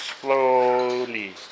slowly